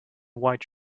white